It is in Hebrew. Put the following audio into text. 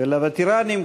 ולווטרנים,